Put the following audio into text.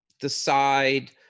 decide